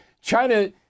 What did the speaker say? China